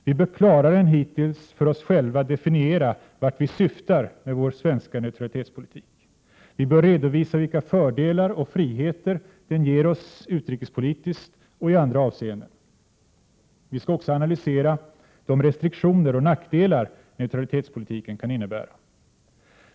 Vi bör klarare än hittills för oss själva definiera vart vi syftar med vår svenska neutralitetspolitik. Vi bör redovisa vilka fördelar och friheter den ger oss utrikespolitiskt och i andra avseenden. Vi skall också analysera de restriktioner och nackdelar neutralitetspolitiken kan innebära.